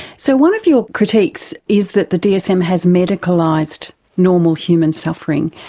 so one of your critiques is that the dsm has medicalised normal human suffering.